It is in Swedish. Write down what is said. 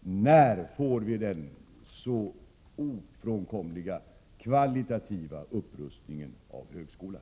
När får vi den ofrånkomliga kvalitativa upprustningen av högskolan?